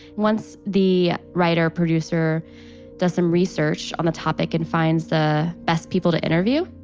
once the writer, producer does some research on the topic and finds the best people to interview,